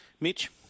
Mitch